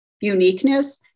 uniqueness